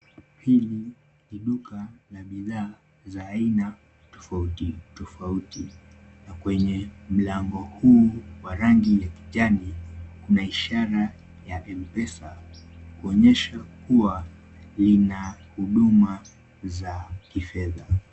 Hili ni dua la bidhaa za aina tofauti tofauti na kwenye mlango huu wa rangi ya kijani, kuna ishara ya M-Pesa, kuonyesha kuwa lina huduma za kifedha.